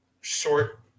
short